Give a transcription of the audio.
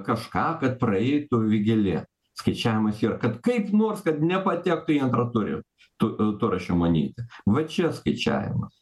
kažką kad praeitų vėgėlė skaičiavimas yra kad kaip nors kad nepatektų į antrą turi tu turą šimonytė va čia skaičiavimas